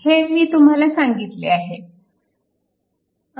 हे मी तुम्हाला सांगितले आहे